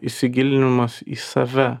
įsigilinimas į save